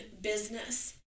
business